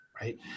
Right